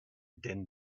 din